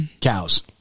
Cows